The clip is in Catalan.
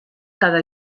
cada